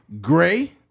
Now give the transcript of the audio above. Gray